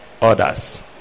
others